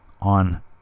on